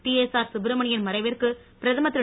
TSR Subramanian மறைவிற்கு பிரதம ர் தி ரு